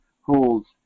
holds